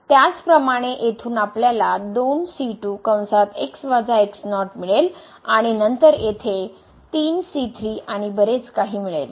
त्याचप्रमाणे येथून आपल्याला मिळेल आणि नंतर येथेआणि बरेच काही मिळेल